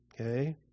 Okay